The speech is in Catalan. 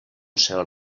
cel